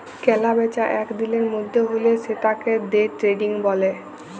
কেলা বেচা এক দিলের মধ্যে হ্যলে সেতাকে দে ট্রেডিং ব্যলে